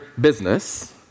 business